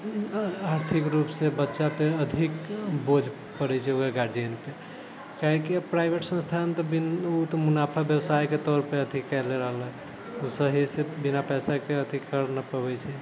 आर्थिक रुपसँ बच्चा पर अधिक बोझ पड़ैत छै ओकर गर्जियन पर काहेकि प्राइवेट संस्थान तऽ ओ तऽ मुनाफा व्यवसायके तौर पर अथि कएले रहलक ओ सहीसँ बिना पैसाके अथि करि नहि पबैत छै